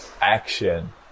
action